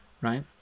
right